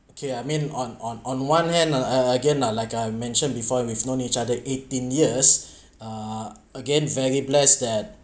okay I mean on on on one hand a~ again lah like I mentioned before we’ve known each other eighteen years uh again very blessed that